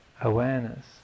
awareness